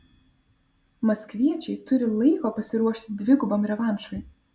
maskviečiai turi laiko pasiruošti dvigubam revanšui